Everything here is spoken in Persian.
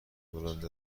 بلند